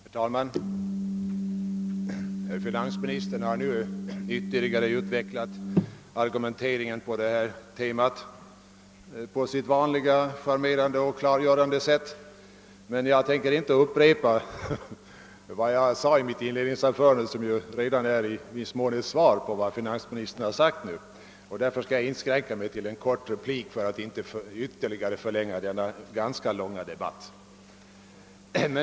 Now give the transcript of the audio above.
Herr talman! Finansministern har nu ytterligare utvecklat argumenteringen i den här frågan — på sitt vanliga charmerande och klargörande sätt. Jag tänker inte upprepa vad jag sade i mitt inledningsanförande, som ju i viss mån var ett svar på vad finansministern nyss sagt. Jag skall inskränka mig till en kort replik för att inte ytterligare förlänga denna redan ganska långa debatt.